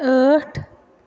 ٲٹھ